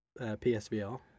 psvr